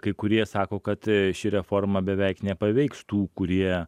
kai kurie sako kad ši reforma beveik nepaveiks tų kurie